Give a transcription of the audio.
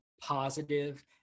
positive